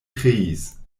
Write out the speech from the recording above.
kreis